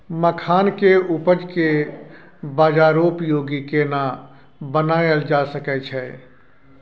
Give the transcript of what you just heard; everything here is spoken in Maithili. मखान के उपज के बाजारोपयोगी केना बनायल जा सकै छै?